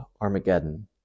Armageddon